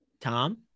tom